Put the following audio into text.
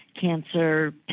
cancer